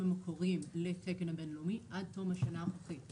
המקוריים לתקן הבינלאומי עד תום השנה הנוכחית.